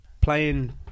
playing